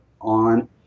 on